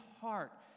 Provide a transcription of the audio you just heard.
heart